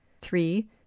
three